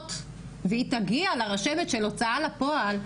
חובות והיא תגיע לרשמת של הוצאה לפועל,